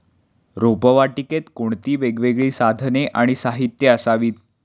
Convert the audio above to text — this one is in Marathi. रोपवाटिकेत कोणती वेगवेगळी साधने आणि साहित्य असावीत?